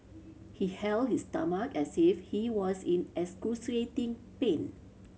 he held his stomach as if he was in excruciating pain